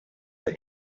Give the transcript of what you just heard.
the